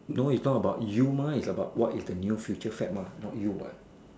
no is not about you mah is about what is the new future fab not you what